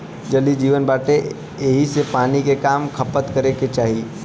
जल ही जीवन बाटे एही से पानी के कम खपत करे के चाही